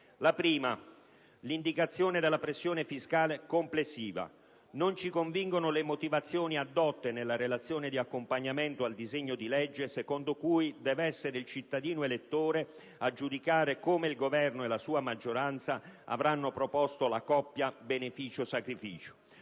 La prima: l'indicazione della pressione fiscale complessiva. Non ci convincono le motivazioni addotte nella relazione di accompagnamento al disegno di legge, secondo cui deve essere il cittadino elettore a giudicare come il Governo e la sua maggioranza avranno proposto la coppia beneficio-sacrificio.